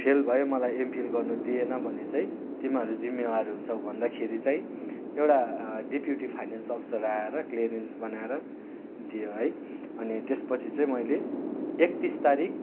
fail भयो मलाई MPhil गर्नु दिएन भने चाहिँ तिमीहरू जिम्मेवार हुन्छौ भन्दाखेरि चाहिँ एउटा डेप्युटी फाइनेन्स अफिसर आएर क्लियरेन्स बनाएर दियो है अनि त्यसपछि चाहिँ मैले एकतिस तारिक